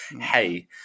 hey